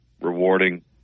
rewarding